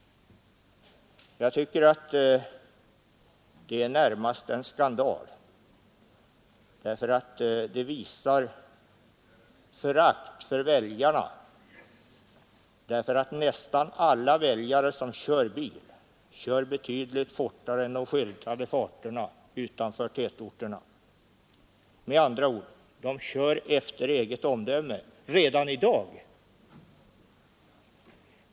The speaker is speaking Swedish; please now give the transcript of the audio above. Jag tycker att det närmast är en skandal. Det visar förakt för väljarna, eftersom nästan alla väljare, oavsett parti, som kör bil åker betydligt fortare än de skyltade farterna utanför tätorterna. Med andra ord: De kör efter eget omdöme redan i dag.